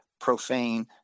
profane